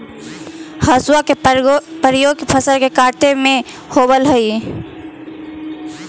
हसुआ के प्रयोग फसल के काटे में होवऽ हई